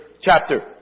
chapter